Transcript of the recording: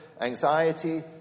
anxiety